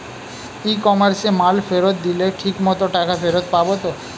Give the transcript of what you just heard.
ই কমার্সে মাল ফেরত দিলে ঠিক মতো টাকা ফেরত পাব তো?